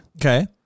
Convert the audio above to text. okay